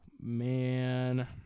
Man